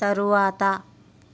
తరువాత